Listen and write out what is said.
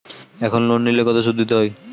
এখন লোন নিলে কত সুদ দিতে হয়?